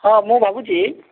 ହଁ ମୁଁ ଭାବୁଛି